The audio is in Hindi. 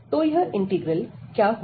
तो यह इंटीग्रल क्या होगा